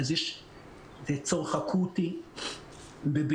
אז יש צורך אקוטי בבהירות.